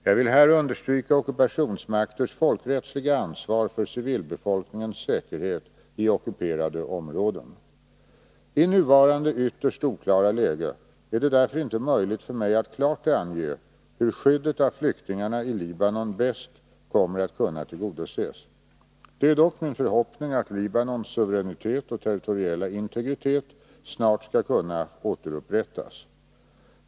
Jag vill här understryka ockupationsmakters folkrättsliga ansvar för civilbefolkningens säkerhet i ockuperade områden. I nuvarande ytterst oklara läge är det därför inte möjligt för mig att klart ange hur skyddet av flyktingarna i Libanon bäst kommer att kunna tillgodoses. Det är dock min förhoppning att Libanons suveränitet och territoriella integritet snart skall kunna återupprättas.